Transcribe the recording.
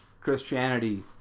christianity